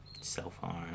Self-harm